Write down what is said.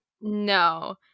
No